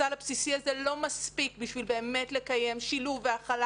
הסל הבסיסי הזה לא באמת מספיק כדי לקיים שילוב והכלה